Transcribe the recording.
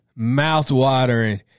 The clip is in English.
mouthwatering